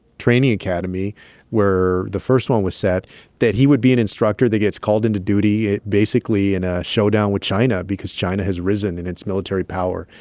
training academy where the first one was set that he would be an instructor that gets called into duty basically in a showdown with china because china has risen in its military power.